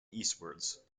eastwards